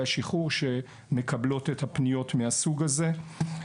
השחרור שמקבלות את הפניות מהסוג הזה.